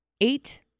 eight